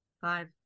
five